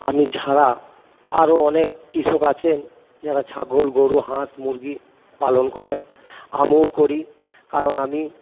আমি ছাড়া আরও অনেক কৃষক আছেন যারা ছাগল গরু হাঁস মুরগি পালন করেন আমিও করি কারণ আমি